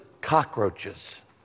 cockroaches